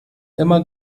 immer